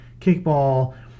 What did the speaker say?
kickball